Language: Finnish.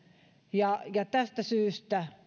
ja tästä syystä